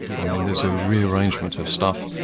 i mean, there's a rearrangement of stuff,